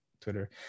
Twitter